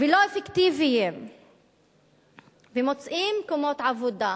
ולא אפקטיביים ומוצאים מקומות עבודה,